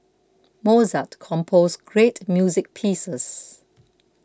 Mozart composed great music pieces